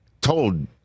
told